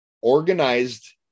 organized